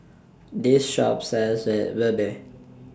This Shop sells Red Ruby